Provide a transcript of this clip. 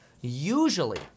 Usually